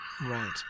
Right